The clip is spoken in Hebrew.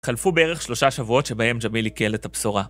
חלפו בערך שלושה שבועות שבהם ג'ביל ייקל את הבשורה.